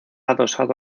adosado